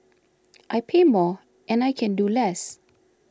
I pay more and I can do less